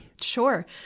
Sure